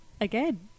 Again